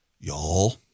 Y'all